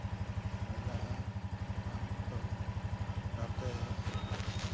ᱢᱮᱱᱟᱜᱼᱟ ᱚᱱᱟ ᱦᱚᱸᱛᱚ ᱱᱟᱛᱮ